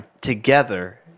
Together